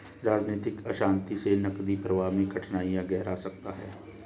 राजनीतिक अशांति से नकदी प्रवाह में कठिनाइयाँ गहरा सकता है